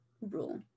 rule